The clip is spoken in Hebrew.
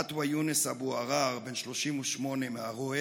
עטווה יונס אבו עראר, בן 38 מערוער,